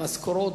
במשכורות,